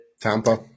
Tampa